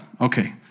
Okay